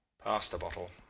pass the bottle.